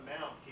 Mount